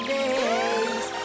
days